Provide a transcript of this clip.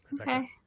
Okay